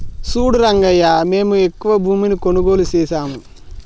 సూడు రంగయ్యా మేము ఎక్కువ భూమిని కొనుగోలు సేసాము